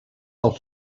del